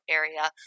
area